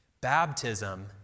Baptism